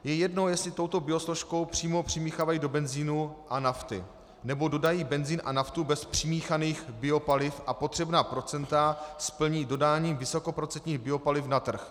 Je jedno, jestli tuto biosložku přímo přimíchávají do benzinu a nafty, nebo dodají benzin a naftu bez přimíchaných biopaliv a potřebná procenta splní dodání vysokoprocentních biopaliv na trh.